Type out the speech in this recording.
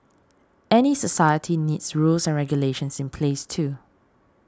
any society needs rules and regulations in place too